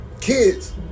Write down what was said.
kids